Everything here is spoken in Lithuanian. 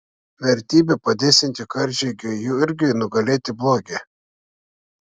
vertybe padėsiančia karžygiui jurgiui nugalėti blogį